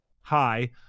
hi